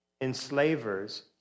Enslavers